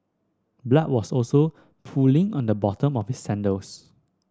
blood was also pooling on the bottom of his sandals